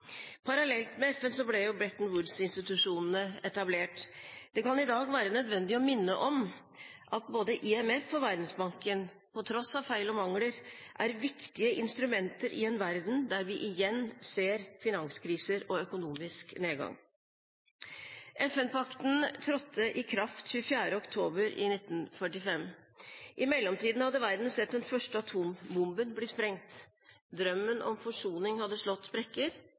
Parallelt med FN ble Bretton Woods-institusjonene etablert. Det kan i dag være nødvendig å minne om at både IMF og Verdensbanken, på tross av feil og mangler, er viktige instrumenter i en verden der vi igjen ser finanskriser og økonomisk nedgang. FN-pakten trådte i kraft 24. oktober 1945. I mellomtiden hadde verden sett den første atombomben bli sprengt. Drømmen om forsoning hadde slått sprekker.